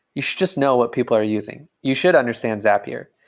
you should just know what people are using. you should understand zapier.